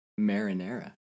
marinara